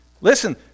Listen